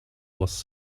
was